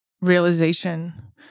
realization